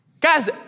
Guys